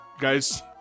guys